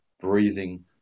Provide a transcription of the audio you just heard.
breathing